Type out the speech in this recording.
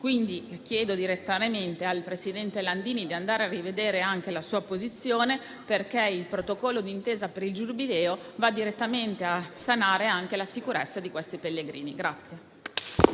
Quindi, chiedo al presidente Landini di andare a rivedere anche la sua posizione, perché il protocollo d'intesa per il Giubileo va direttamente a salvaguardare anche la sicurezza dei pellegrini.